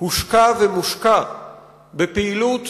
הושקע ומושקע בפעילות